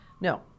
No